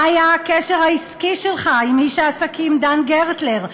היה הקשר העסקי שלך עם איש העסקים דן גרטלר,